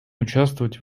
участвовать